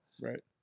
right